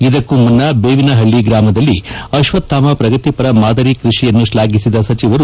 ಇದಕ್ಕೊ ಮುನ್ನ ಬೇವಿನಹಳ್ಳಿ ಗ್ರಾಮದಲ್ಲಿ ಅಶ್ವತ್ಣಾಮ ಪ್ರಗತಿಪರ ಮಾದರಿ ಕೃಷಿಯನ್ನು ಶ್ವಾಫಿಸಿದ ಸಚಿವರು